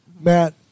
Matt